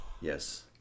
Yes